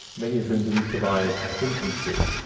many of whom didn't survive infancy.